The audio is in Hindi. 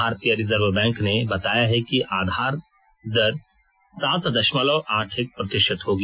भारतीय रिजर्व बैंक ने बताया है कि आधार दर सात दशमलव आठ एक प्रतिशत होगी